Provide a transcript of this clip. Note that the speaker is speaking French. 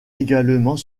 également